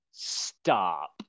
Stop